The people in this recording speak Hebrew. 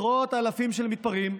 עשרות אלפים של מתפרעים.